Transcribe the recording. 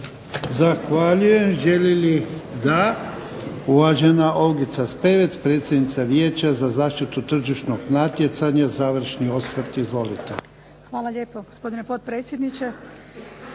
Zahvaljujem. Želi li? Da. Uvažena Olgica Spevec predsjednica Vijeća za zaštitu tržišnog natjecanja završni osvrt. Izvolite. **Spevec, Olgica** Hvala lijepo gospodine potpredsjedniče,